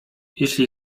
jeśli